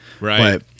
right